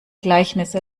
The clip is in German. gleichnisse